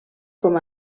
com